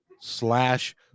Slash